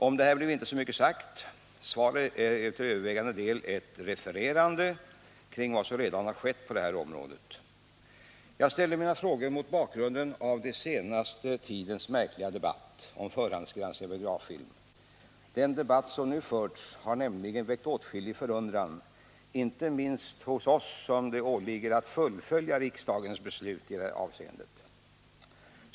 Om detta blev inte mycket sagt, och svaret är till övervägande delen ett refererande kring det som redan skett på området. Jag ställde mina frågor mot bakgrunden av den senaste tidens märkliga debatt om förhandsgranskning av biograffilm. Den debatt som nu förts har nämligen väckt åtskillig förundran inte minst hos oss som det åligger att fullfölja riksdagens beslut i detta avseende.